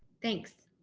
thanks.